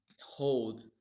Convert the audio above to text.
hold